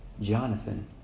Jonathan